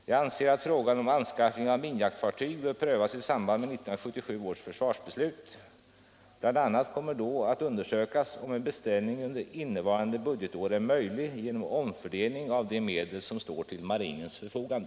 Jag anser att frågan om anskaffning av minjaktfartyg bör prövas i samband med 1977 års försvarsbeslut. Bl.a. kommer då att undersökas om en beställning under innevarande budgetår är möjlig genom omfördelning av de medel som står till marinens förfogande.